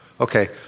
Okay